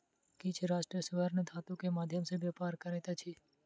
किछ राष्ट्र स्वर्ण धातु के माध्यम सॅ व्यापार करैत अछि